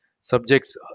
subjects